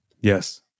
Yes